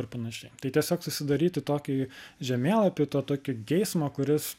ir panašiai tai tiesiog susidaryti tokį žemėlapių to tokio geismo kuris